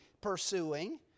pursuing